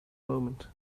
moment